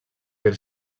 ben